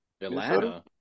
Atlanta